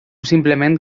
simplement